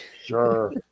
Sure